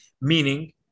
Meaning